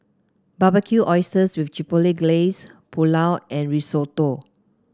Barbecued Oysters with Chipotle Glaze Pulao and Risotto